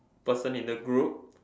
person in the group